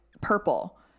purple